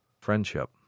Friendship